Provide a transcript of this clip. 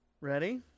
ready